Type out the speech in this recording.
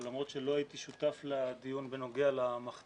אבל למרות שלא הייתי שותף לדיון בנוגע למכת"זיות,